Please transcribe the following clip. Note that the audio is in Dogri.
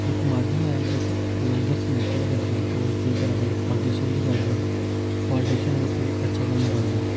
इक माध्यम ऐ कि इक लोक दस्सने आस्तै बी करदे कि कोई केह करा दे अगर पालिटिशन दी गल्ल करां ते पालटिशन कोई अगर अच्छा कम्म करदा